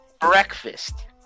breakfast